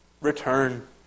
return